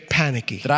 panicky